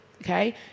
Okay